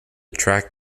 track